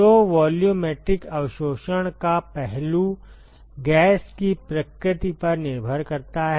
तो वॉल्यूमेट्रिक अवशोषण का पहलू गैस की प्रकृति पर निर्भर करता है